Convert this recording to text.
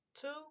Two